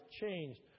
changed